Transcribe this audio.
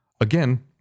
Again